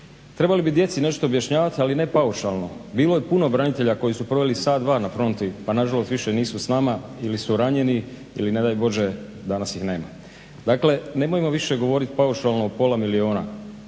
trebali bi djeci nešto objašnjavat ali ne paušalno. Bilo je puno branitelja koji su proveli sat, dva na fronti pa nažalost više nisu s nama ili su ranjeni ili ne daj Bože danas ih nema. Dakle, nemojmo više govoriti paušalno o pola milijuna.